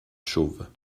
chauve